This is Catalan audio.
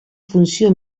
funció